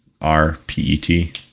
R-P-E-T